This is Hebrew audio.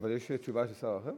אבל יש תשובה של שר אחר?